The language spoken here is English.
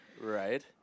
right